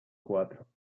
cuatro